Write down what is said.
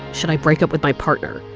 should i break up with my partner,